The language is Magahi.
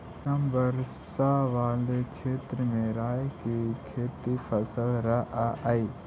कम वर्षा वाले क्षेत्र में राई की खेती सफल रहअ हई